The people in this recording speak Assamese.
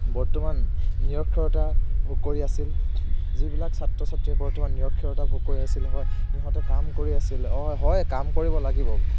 বৰ্তমান নিৰক্ষৰতা ভোগ কৰি আছিল যিবিলাক ছাত্ৰ ছাত্ৰীয়ে বৰ্তমান নিৰক্ষৰতা ভোগ কৰি আছিল হয় সিহঁতে কাম কৰি আছিল হয় কাম কৰিব লাগিব